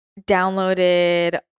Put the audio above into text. downloaded